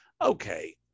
Okay